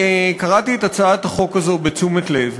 קראתי את הצעת החוק הזאת בתשומת לב,